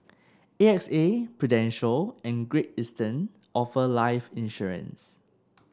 A X A Prudential and Great Eastern offer life insurance